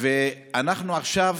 אנחנו עכשיו